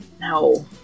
No